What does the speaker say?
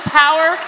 power